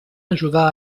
ajudar